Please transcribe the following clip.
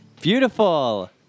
Beautiful